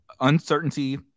uncertainty